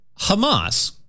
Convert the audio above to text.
Hamas